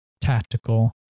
tactical